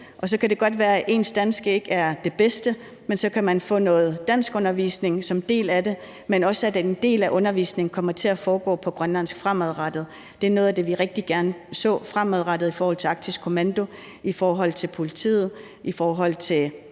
Så kan det godt være, at ens danske ikke er det bedste, men så kan man få noget danskundervisning som en del af det, men derudover kommer en del af undervisningen til at foregå på grønlandsk fremadrettet. Det er noget af det, vi rigtig gerne så i fremtiden i forhold til Arktisk Kommando, politiet, kriminalforsorgen